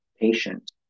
patient